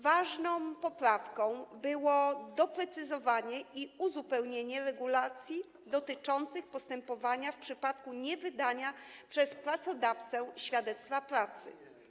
Ważną poprawką było doprecyzowanie i uzupełnienie regulacji dotyczących postępowania w przypadku niewydania przez pracodawcę świadectwa pracy.